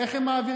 איך הם מעבירים?